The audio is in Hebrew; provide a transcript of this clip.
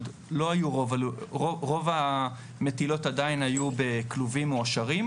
רוב המטילות היו עדיין בכלובים "מועשרים",